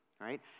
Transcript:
right